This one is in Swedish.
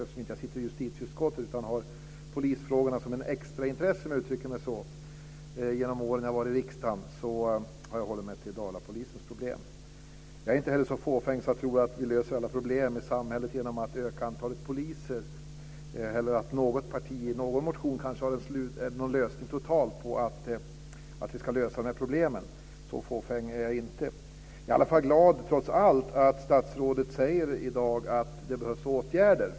Jag sitter ju inte i justitieutskottet utan har polisfrågorna som ett extraintresse, om jag får uttrycka mig så. Genom de år som jag har varit i riksdagen har jag hållit mig till Dalapolisens problem. Jag är inte heller så fåfäng att jag tror att vi löser alla problem i samhället genom att öka antalet poliser eller att något parti i någon motion kanske har en total lösning på de här problemen. Så fåfäng är jag inte. Jag är i alla fall, trots allt, glad åt att statsrådet i dag säger att det behövs åtgärder.